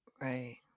Right